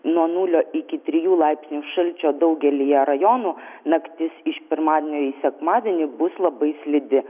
nuo nulio iki trijų laipsnių šalčio daugelyje rajonų naktis iš pirmadienio į sekmadienį bus labai slidi